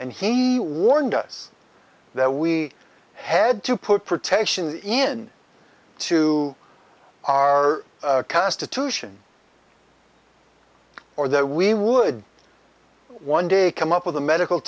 and he warned us that we had to put protection in to our constitution or that we would one day come up with a medical